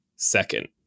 second